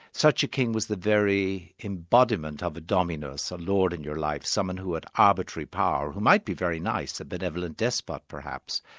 such a king was the very embodiment of a dominus, a lord in your life, someone who had arbitrary power, who might be very nice, a benevolent despot, perhaps,